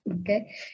Okay